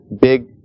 big